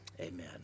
Amen